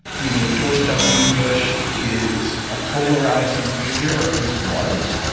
you know, george w. bush is a polarizing figure, or at least was.